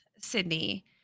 Sydney